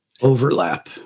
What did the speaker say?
Overlap